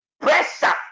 pressure